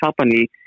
company